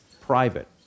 private